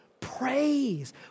praise